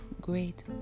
Great